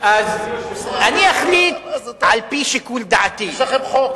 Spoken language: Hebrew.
אני אחליט על-פי שיקול דעתי, יש לכם חוק,